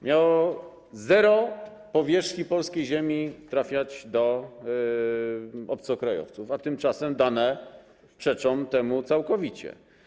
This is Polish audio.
Miało zero powierzchni, polskiej ziemi trafiać do obcokrajowców, a tymczasem dane przeczą temu całkowicie.